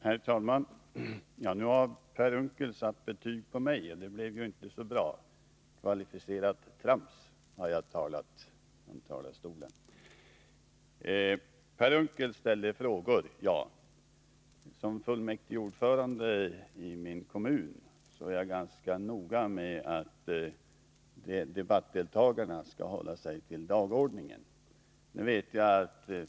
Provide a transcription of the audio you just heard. Herr talman! Nu har Per Unckel satt betyg på mig, och det blev ju inte så bra. Kvalificerat trams kallar han det som jag har sagt från talarstolen. Per Unckel ställde frågor — ja. Som fullmäktigeordförande i min kommun är jag ganska noga med att debattdeltagarna skall hålla sig till dagordningen.